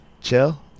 chill